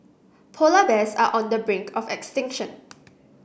polar bears are on the brink of extinction